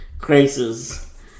crisis